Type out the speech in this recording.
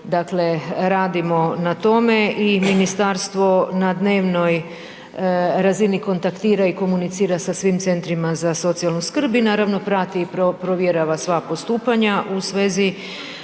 dakle radimo na tome i ministarstvo na dnevnoj razini kontaktira i komunicira sa svim centrima za socijalnu skrb i naravno, prati i provjerava sva postupanja u svezi